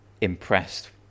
impressed